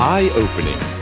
Eye-opening